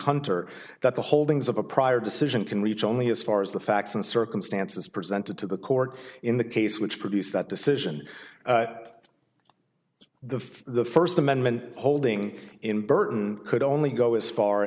hunter that the holdings of a prior decision can reach only as far as the facts and circumstances presented to the court in the case which produced that decision the the first amendment holding in burton could only go as far